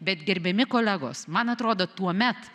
bet gerbiami kolegos man atrodo tuomet